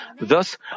Thus